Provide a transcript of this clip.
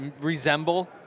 resemble